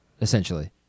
essentially